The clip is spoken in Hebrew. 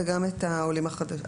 והשני הוא העולים החדשים.